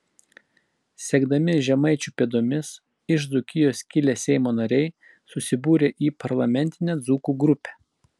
sekdami žemaičių pėdomis iš dzūkijos kilę seimo nariai susibūrė į parlamentinę dzūkų grupę